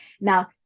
Now